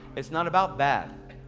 it's not about that.